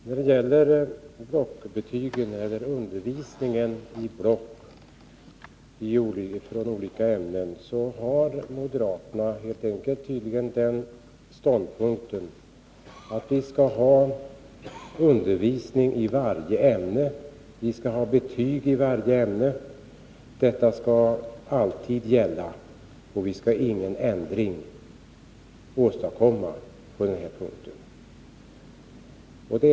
När det gäller blockbetygen och undervisning i block i olika ämnen har moderaterna tydligen den ståndpunkten att vi skall ha undervisning i varje ämne och betyg i varje ämne. Detta skall alltid gälla, och vi skall inte åstadkomma någon ändring på den punkten.